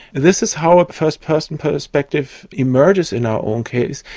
this is how a first-person perspective emerges in our own case,